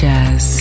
Jazz